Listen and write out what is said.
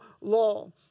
law